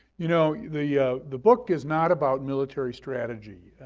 you know, the yeah the book is not about military strategy,